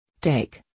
Take